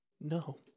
No